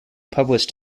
published